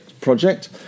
project